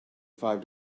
five